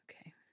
Okay